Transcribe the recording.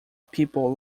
people